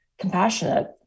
compassionate